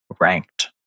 ranked